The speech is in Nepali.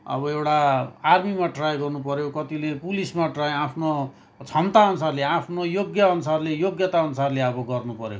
अब एउटा आर्मीमा ट्राई गर्नुपऱ्यो कतिले पुलिसमा ट्राई आफ्नो क्षमताअनुसारले आफ्नो योग्यअनुसारले योग्यताअनुसारले अब गर्नपऱ्यो